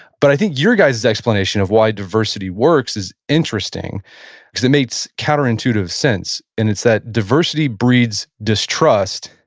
but i think your guys's explanation of why diversity works is interesting because it makes counterintuitive sense, and it's that diversity breeds distrust,